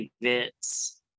events